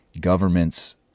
governments